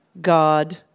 god